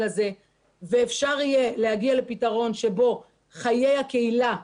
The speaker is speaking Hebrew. הזה ואפשר יהיה להגיע לפתרון שבו חיי הקהילה,